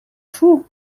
fou